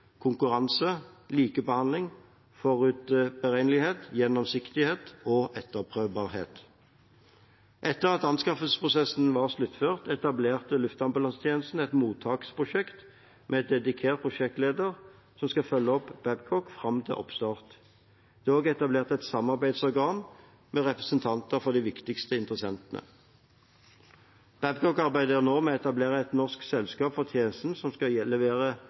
konkurranse, likebehandling, forutberegnelighet, gjennomsiktighet og etterprøvbarhet. Etter at anskaffelsesprosessen var sluttført, etablerte Luftambulansetjenesten et mottaksprosjekt med en dedikert prosjektleder som skal følge opp Babcock fram til oppstart. Det er også etablert et samarbeidsorgan med representanter for de viktigste interessentene. Babcock arbeider nå med å etablere et norsk selskap for tjenestene som skal leveres